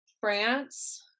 France